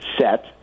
set